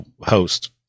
host